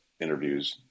interviews